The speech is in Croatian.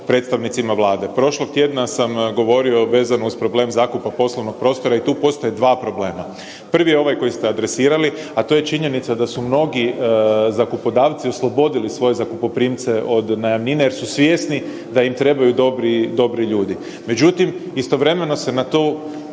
predstavnicima Vlade. Prošlog tjedna sam govorio vezano uz problem zakupa poslovnog prostora i tu postoje 2 problema. Prvi je ovaj koji ste adresirali, a to je činjenica da su mnogi zakupodavci oslobodili svoje zakupoprimce od najamnine jer su svjesni da im trebaju dobri, dobri ljudi. Međutim, istovremeno se na tu